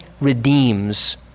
redeems